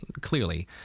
clearly